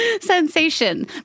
sensation